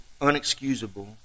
unexcusable